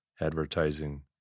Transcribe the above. advertising